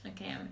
okay